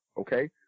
okay